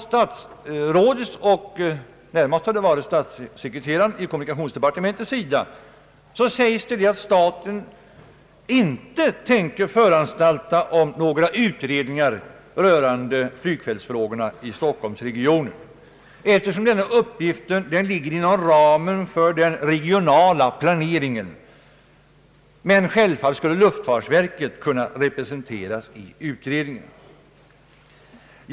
Stats rådet och statssekreteraren i kommunikationsdepartementet säger att staten inte tänker föranstalta om några utredningar rörande = flygfältsfrågorna i Stockholmsregionen, eftersom denna uppgift ligger inom ramen för den regionala planeringen, men självfallet skulle luftfartsverket kunna representeras i utredningen.